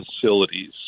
facilities